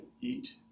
eat